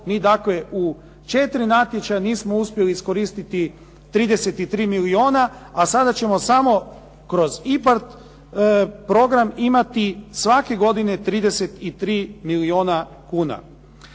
Mi dakle u četiri natječaja nismo uspjeli iskoristiti 33 milijuna a sada ćemo samo kroz IPARD program imati svake godine 33 milijuna kuna.